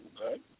Okay